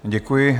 Děkuji.